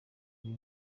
ibi